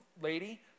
lady